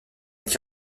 est